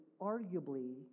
arguably